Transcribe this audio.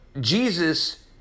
Jesus